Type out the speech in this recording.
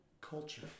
culture